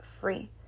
free